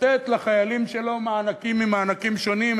לתת לחיילים שלו מענקים ממענקים שונים,